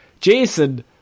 Jason